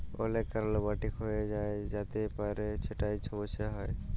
অলেক কারলে মাটি ক্ষয় হঁয়ে য্যাতে পারে যেটায় ছমচ্ছা হ্যয়